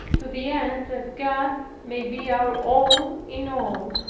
to the end that god may be our all in all,